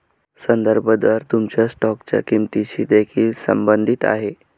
संदर्भ दर तुमच्या स्टॉकच्या किंमतीशी देखील संबंधित आहे